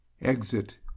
Exit